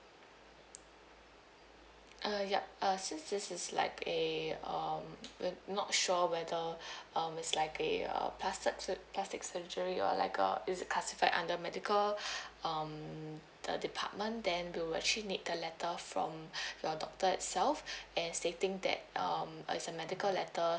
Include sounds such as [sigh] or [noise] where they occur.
uh ya uh since this is like a um we're not sure whether [breath] um it's like a uh plastered sur~ plastic surgery or like a is it classified under medical [breath] um the department then they'll actually need the letter from [breath] your doctor itself [breath] and stating that um uh it's a medical letter